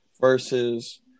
versus